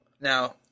Now